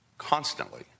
constantly